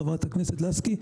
חברת הכנסת לסקי,